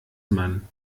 man